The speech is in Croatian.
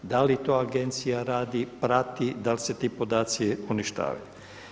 Da li to Agencija radi, prati, da li se ti podaci uništavaju?